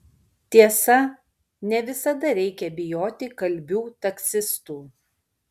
tiesa ne visada reikia bijoti kalbių taksistų